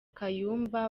kayumba